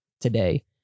today